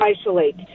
isolate